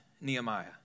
Nehemiah